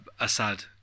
Assad